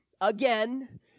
again